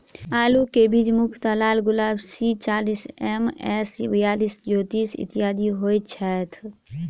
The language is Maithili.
आलु केँ बीज मुख्यतः लालगुलाब, सी चालीस, एम.एस बयालिस, ज्योति, इत्यादि होए छैथ?